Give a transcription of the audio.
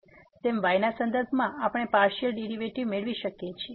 તેમ y ના સંદર્ભમાં આપણે પાર્સીઅલ ડેરીવેટીવ મેળવી શકીએ છીએ